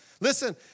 Listen